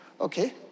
okay